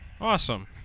Awesome